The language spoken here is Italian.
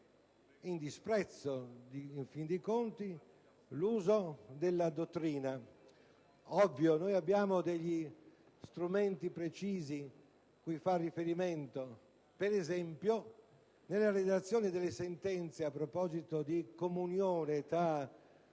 in disprezzo, in fin dei conti, l'uso della dottrina? È ovvio che abbiamo strumenti precisi cui far riferimento. Per esempio, nella redazione delle sentenze - a proposito di comunione tra